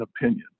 opinion